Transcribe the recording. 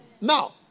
Now